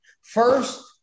First